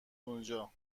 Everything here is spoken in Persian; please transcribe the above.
اونجا